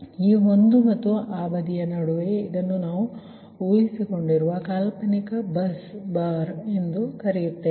ಈ ಒಂದು ಮತ್ತು ಆ ಬದಿಯ ನಡುವೆ ಇದನ್ನು ನಾವು ಊಹಿಸಿರುವ ಕಾಲ್ಪನಿಕ ಬಸ್ ಬಾರ್ ಎಂದು ಕರೆಯುತ್ತೇವೆ